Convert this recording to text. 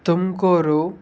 Tumkur